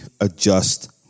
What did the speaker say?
adjust